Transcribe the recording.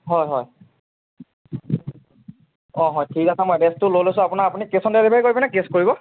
হয় হয় অঁ হয় ঠিক আছে মই এড্ৰেছটো লৈ লৈছোঁ আপোনাৰ আপুনি কেছ অন ডেলিভাৰি কৰিব নে কেছ কৰিব